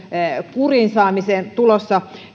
kuriin saamiseen tulossa